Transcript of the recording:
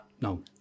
no